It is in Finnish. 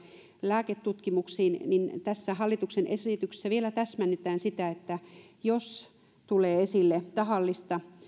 lääketutkimuksiin niin tässä hallituksen esityksessä vielä täsmennetään sitä jos tulee esille tahallista